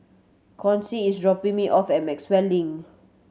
Chauncy is dropping me off at Maxwell Link